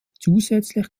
zusätzlich